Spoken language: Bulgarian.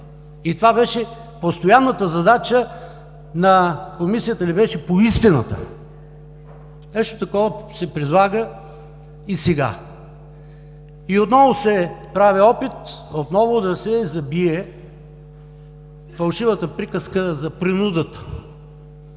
и това беше постоянната задача на Комисията ли беше, по истината? Нещо такова се предлага и сега. И отново се прави опит да се забие фалшивата приказка за принудата.